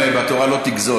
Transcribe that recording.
יש גם בתורה לא לגזול.